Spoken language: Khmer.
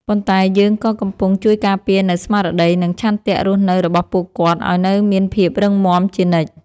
ប៉ុន្តែយើងក៏កំពុងជួយការពារនូវស្មារតី និងឆន្ទៈរស់នៅរបស់ពួកគាត់ឱ្យនៅមានភាពរឹងមាំជានិច្ច។